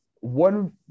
One